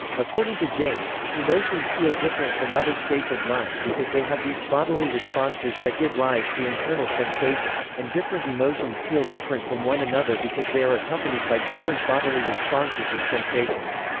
according to james, emotions feel different from other states of mind because they have these bodily responses that give rise to internal sensations, and different emotions feel different from one another because they are accompanied by different bodily responses and sensations.